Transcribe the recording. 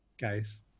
guys